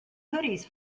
hoodies